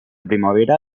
primavera